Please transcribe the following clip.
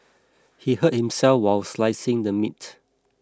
he hurt himself while slicing the meat